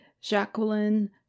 Jacqueline